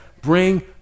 Bring